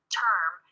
term